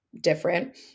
different